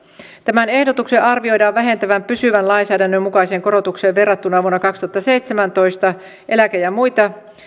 tämän ehdotuksen arvioidaan vähentävän pysyvän lainsäädännön mukaiseen korotukseen verrattuna vuonna kaksituhattaseitsemäntoista eläke ja muita